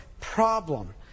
problem